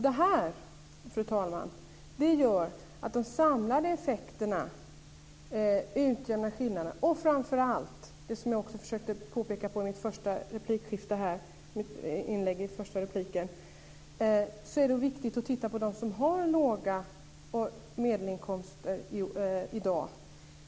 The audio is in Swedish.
Det, fru talman, gör att de samlade effekterna utjämnar skillnaderna. Det är framför allt, som jag också försökte påpeka i mitt inlägg i första repliken, viktigt att titta på dem som har låga inkomster och medelinkomster i dag.